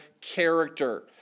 character